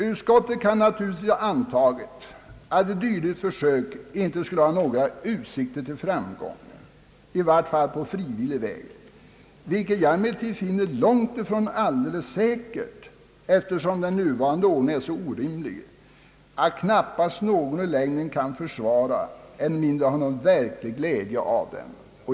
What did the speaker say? Utskottet kan naturligtvis ha antagit att ett dylikt försök inte skulle ha några utsikter till framgång, i vart fall inte på frivillig väg, vilket jag emellertid finner långt ifrån säkert, eftersom den nuvarande ordningen är så orimlig, att knappast någon i längden kan försvara, än mindre ha någon verklig glädje av den.